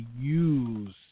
use